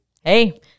Hey